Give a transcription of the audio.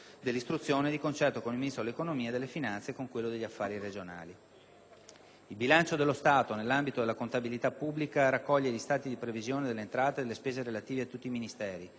della ricerca di concerto con il Ministro dell'economia e delle finanze e con quello per i rapporti con le Regioni. Il bilancio dello Stato, nell'ambito della contabilità pubblica, raccoglie gli stati di previsione delle entrate e delle spese relativi a tutti i Ministeri.